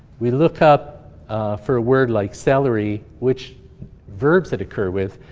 we look up for a word like celery which verbs that occur with.